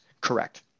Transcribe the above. Correct